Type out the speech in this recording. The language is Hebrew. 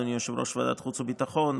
אדוני יושב-ראש ועדת החוץ והביטחון,